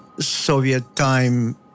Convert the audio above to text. Soviet-time